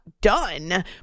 done